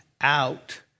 out